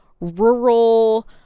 rural